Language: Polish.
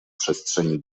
przestrzeni